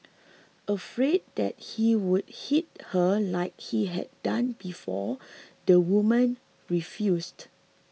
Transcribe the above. afraid that he would hit her like he had done before the woman refused